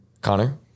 Connor